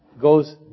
goes